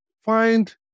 find